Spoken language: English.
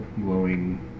glowing